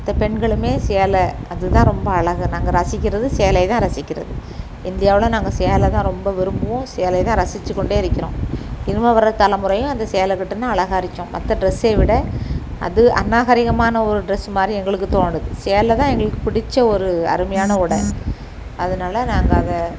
மற்ற பெண்களுமே சேலை அது தான் ரொம்ப அழகு நாங்கள் ரசிக்கிறது சேலைய தான் ரசிக்கிறது இந்தியாவில் நாங்கள் சேலை தான் ரொம்ப விரும்புவோம் சேலைய தான் ரசித்துக்கொன்டே இருக்கிறோம் இனிமேல் வர்ற தலை முறையும் அந்த சேலை கட்டினா அழகா இருக்கும் மற்ற ட்ரெஸ்ஸைய விட அது அநாகரிகமான ஒரு ட்ரெஸ் மாதிரி எங்களுக்கு தோணுது சேலை தான் எங்களுக்கு பிடிச்ச ஒரு அருமையான உட அதனால நாங்கள் அதை